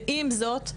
ועם זאת,